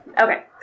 Okay